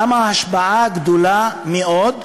כמה ההשפעה גדולה מאוד,